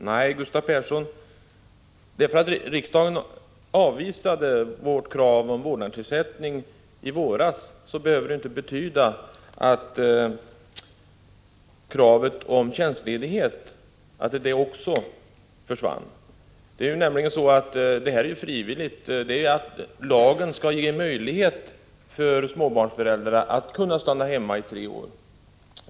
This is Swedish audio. Herr talman! Nej, Gustav Persson, att riksdagen i våras avvisade vårt krav om vårdnadsersättning behöver inte betyda att kravet om tjänstledighet också försvann. Det är nämligen så att det är frivilligt. Lagen skall ge möjlighet för småbarnsföräldrar att stanna hemma i tre år.